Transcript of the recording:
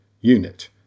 unit